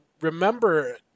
Remember